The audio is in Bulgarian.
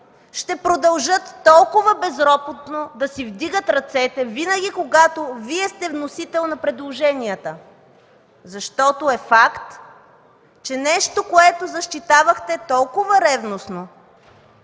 ще продължат толкова безропотно да си вдигат ръцете винаги, когато Вие сте вносител на предложенията? Защото е факт, че нещо, което защитавахте толкова ревностно